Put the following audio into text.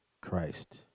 Christ